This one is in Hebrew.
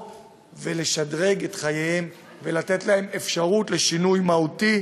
ולשדרג את חייהם ולתת להם אפשרות לשינוי מהותי.